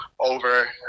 over